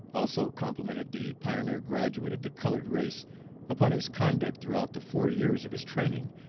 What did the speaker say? also complimented the pioneer graduate of the colored race upon his conduct throughout the four years of his training,